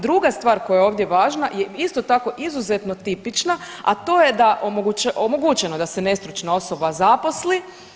Druga stvar koja je ovdje važna je isto tako izuzetno tipična, a to je da je omogućeno da se nestručna osoba zaposli.